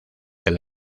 del